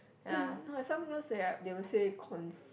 !wah! some people say right they will say conce~